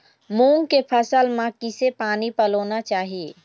मूंग के फसल म किसे पानी पलोना चाही?